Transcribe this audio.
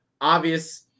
obvious